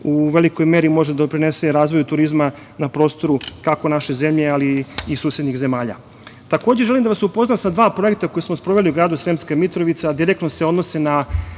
u velikoj meri može da doprinese razvoju turizma na prostoru, kako naše zemlje, ali i susednih zemalja. Takođe, želim da vas upoznam sa dva projekta koja smo sproveli u gradu Sremska Mitrovica, a direktno se odnose na